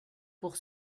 pour